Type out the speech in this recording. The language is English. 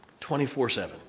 24-7